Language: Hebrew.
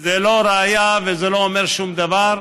זה לא ראיה וזה לא אומר שום דבר,